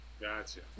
Gotcha